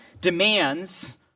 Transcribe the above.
demands